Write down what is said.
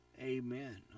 Amen